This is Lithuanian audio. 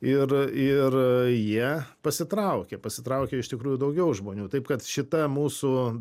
ir ir jie pasitraukė pasitraukė iš tikrųjų daugiau žmonių taip kad šita mūsų